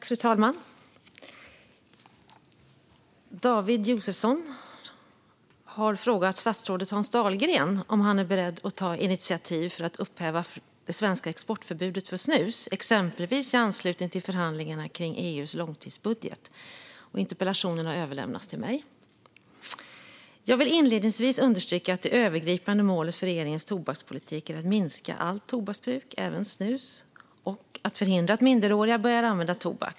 Fru talman! David Josefsson har frågat statsrådet Hans Dahlgren om han är beredd att ta initiativ för att upphäva det svenska exportförbudet för snus, exempelvis i anslutning till förhandlingarna kring EU:s långtidsbudget. Interpellationen har överlämnats till mig. Jag vill inledningsvis understryka att det övergripande målet för regeringens tobakspolitik är att minska allt tobaksbruk, även snus, och att förhindra att minderåriga börjar använda tobak.